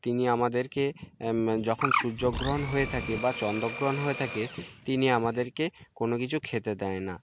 তিনি আমাদেরকে যখন সূর্যগ্রহণ হয়ে থাকে বা চন্দ্রগ্রহণ হয়ে থাকে তিনি আমাদেরকে কোনো কিছু খেতে দেয় না